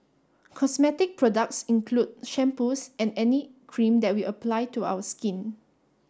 cosmetic products include shampoos and any cream that we apply to our skin